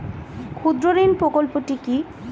ক্ষুদ্রঋণ প্রকল্পটি কি?